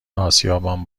آسیابان